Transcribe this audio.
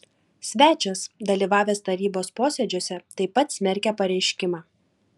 svečias dalyvavęs tarybos posėdžiuose taip pat smerkia pareiškimą